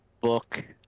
book